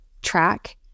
track